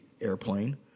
airplane